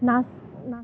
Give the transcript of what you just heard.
নাচ